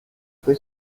fui